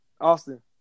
Austin